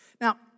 Now